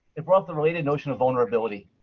it brought the related notion of vulnerability.